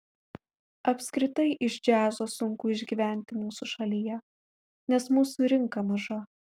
apskritai iš džiazo sunku išgyventi mūsų šalyje nes mūsų rinka maža